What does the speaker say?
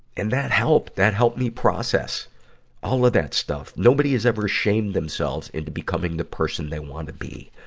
and that helped, that helped me process all of that stuff. nobody has ever shamed themselves into becoming the person they wanna be.